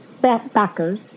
backers